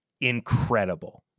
incredible